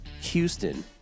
Houston